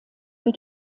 für